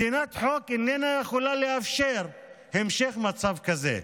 מדינת חוק איננה יכולה לאפשר המשך מצב כזה.